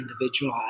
individual